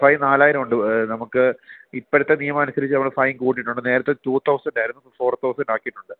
fine നാലായിരമുണ്ട് നമുക്ക് ഇപ്പഴത്തെ നിയമം അനുസരിച്ച് നമ്മൾ ഫൈൻ കൂട്ടിയിട്ടുണ്ട് നേരത്തെ റ്റു തൗസൻറ്റായിരുന്നു ഇപ്പോൾ ഫോർ തൗസൻറ്റാക്കിയിട്ടുണ്ട്